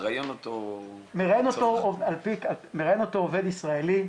מראיין אותו עובד ישראלי,